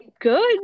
good